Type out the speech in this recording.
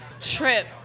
trip